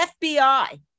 FBI